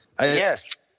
yes